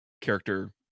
character